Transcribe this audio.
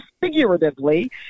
figuratively